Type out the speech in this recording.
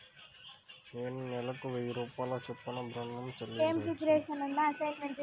నేను నెలకు వెయ్యి రూపాయల చొప్పున ఋణం ను చెల్లించవచ్చా?